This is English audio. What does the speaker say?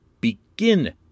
begin